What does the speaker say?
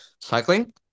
cycling